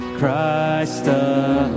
Christ